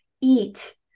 eat